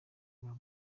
bwa